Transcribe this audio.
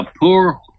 poor